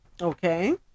Okay